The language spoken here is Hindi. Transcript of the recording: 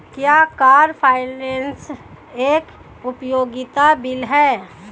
क्या कार फाइनेंस एक उपयोगिता बिल है?